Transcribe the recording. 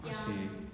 ah seh